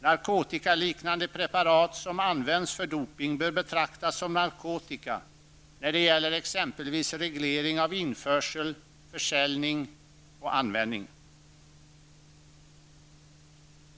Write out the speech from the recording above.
Narkotikaliknande preparat som används för dopning bör betraktas som narkotika när det gäller exempelvis reglering av införsel, försäljning och användning.